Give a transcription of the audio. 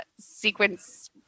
sequence